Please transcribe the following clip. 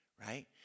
Right